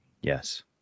Yes